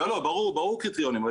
ברור שיהיו קריטריונים.